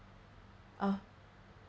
ah